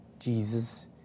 Jesus